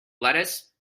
lettuce